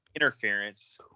interference